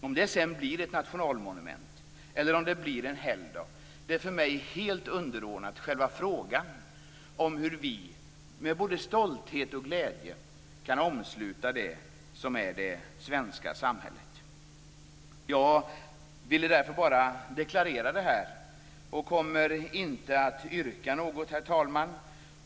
Om det sedan blir ett nationalmonument eller en helgdag är för mig helt underordnat själva frågan om hur vi med både stolthet och glädje kan omsluta det som är det svenska samhället. Jag ville därför bara deklarera detta. Jag kommer inte att yrka något, herr talman.